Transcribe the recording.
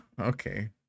Okay